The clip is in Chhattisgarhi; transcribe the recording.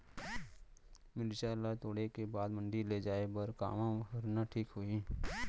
मिरचा ला तोड़े के बाद मंडी ले जाए बर का मा भरना ठीक होही?